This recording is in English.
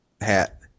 hat